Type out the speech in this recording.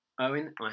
Owen